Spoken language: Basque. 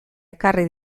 ekarri